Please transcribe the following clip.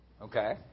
Okay